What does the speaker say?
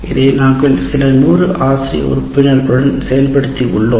இதை நாங்கள் சில நூறு ஆசிரிய உறுப்பினர்களுடன்செய்துள்ளோம்